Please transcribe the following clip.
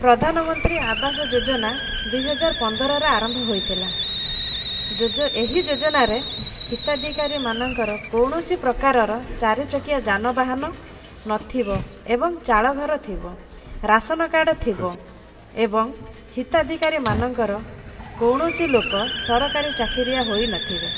ପ୍ରଧାନ ମନ୍ତ୍ରୀ ଆବାସ ଯୋଜନା ଦୁଇହଜାର ପନ୍ଦରରେ ଆରମ୍ଭ ହୋଇଥିଲା ଏହି ଯୋଜନାରେ ହିତାଧିକାରୀ ମାନଙ୍କର କୌଣସି ପ୍ରକାରର ଚାରିଚକିଆ ଯାନବାହାନ ନଥିବ ଏବଂ ଚାଳ ଘର ଥିବ ରାସନ କାର୍ଡ଼ ଥିବ ଏବଂ ହିତାଧିକାରୀ ମାନଙ୍କର କୌଣସି ଲୋକ ସରକାରୀ ଚାକିରିଆ ହୋଇନଥିବେ